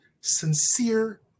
sincere